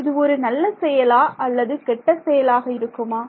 இது ஒரு நல்ல செயலா அல்லது கெட்ட செயலாக இருக்குமா